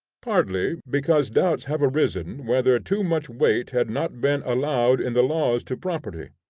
partly, because doubts have arisen whether too much weight had not been allowed in the laws to property,